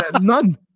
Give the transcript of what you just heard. None